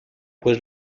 pues